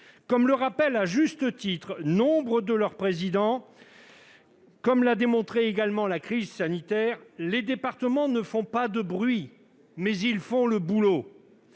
Comme le rappellent à juste titre nombre de leurs présidents et comme l'a démontré la crise sanitaire, les départements ne font pas de bruit, mais ils font le boulot